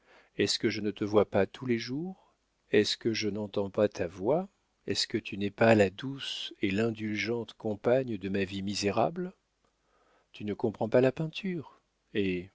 est-ce que je ne te vois pas tous les jours est-ce que je n'entends pas ta voix est-ce que tu n'es pas la douce et l'indulgente compagne de ma vie misérable tu ne comprends pas la peinture eh